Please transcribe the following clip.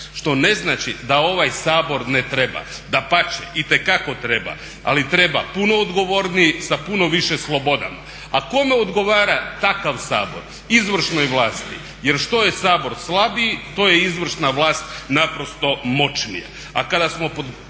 što ne znači da ovaj Sabor ne treba, dapače itekako treba, ali treba punu odgovorniji sa puno više sloboda. A kome odgovara takav Sabor? Izvršnoj vlasti, jer što je Sabor slabiji to je izvršna vlast naprosto moćnija.